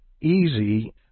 easy